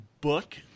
book